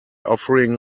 offering